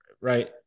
Right